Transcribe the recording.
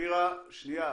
אופירה,